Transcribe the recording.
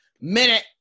minute